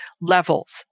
levels